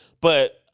but-